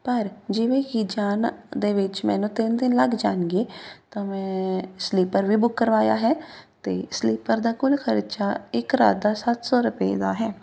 ਪਰ ਜਿਵੇਂ ਹੀ ਜਾਣ ਦੇ ਵਿੱਚ ਮੈਨੂੰ ਤਿੰਨ ਦਿਨ ਲੱਗ ਜਾਣਗੇ ਤਾਂ ਮੈਂ ਸਲੀਪਰ ਵੀ ਬੁੱਕ ਕਰਵਾਇਆ ਹੈ ਅਤੇ ਸਲੀਪਰ ਦਾ ਕੁੱਲ ਖਰਚਾ ਇੱਕ ਰਾਤ ਦਾ ਸੱਤ ਸੌ ਰੁਪਏ ਦਾ ਹੈ